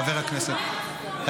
חבר הכנסת --- מה עם הצפון?